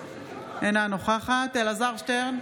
אינה נוכחת אלעזר שטרן,